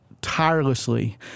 tirelessly